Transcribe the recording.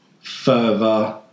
further